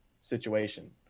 situation